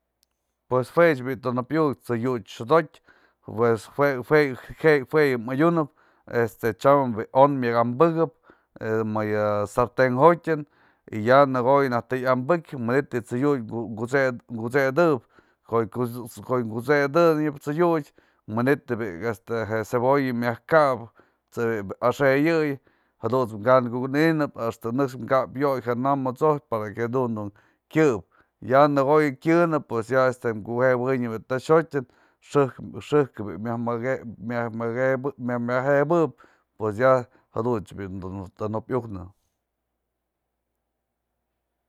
Pues juech bi'i tën jo'opyë tsëdiuty xëdotyë, pues jue jue je jue yë madyunëp, este tyam bi'i o'on myak anpëkep më yë sarten jo'otyën y ya në ko'o naj të yanpëkep, manit yë tsëdiuty ku kuset kut'sedëb, ko'o ko'oy yëm kut'sedëb tsëdiuty, manit bi'i este je cebolla myaj mka'ap, t'së axëyëy jadunt's ka'an kukënynëp, axta nëkx ka'ap yo'oy janam jat'sop para que jadun dun kyëpë y ya'a në ko'o yë kyënë pues ya este kujepënyap je'e te'ex jo'otyën, xëjkë xëjkë bi'i myaj make myaj make myaj majebëp pues ya jadun bi'i dun tën jo'opyë uknë.